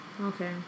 Okay